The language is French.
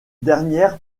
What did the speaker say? dernière